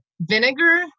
Vinegar